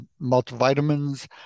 Multivitamins